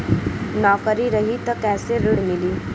नौकरी रही त कैसे ऋण मिली?